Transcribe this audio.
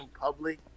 public